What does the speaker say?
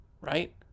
right